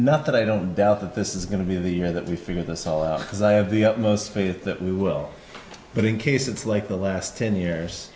not that i don't doubt that this is going to be the year that we figure this all out because i have the utmost faith that we will but in case it's like the last ten years